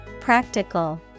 Practical